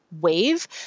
wave